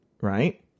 Right